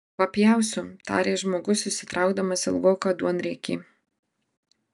papjausiu tarė žmogus išsitraukdamas ilgoką duonriekį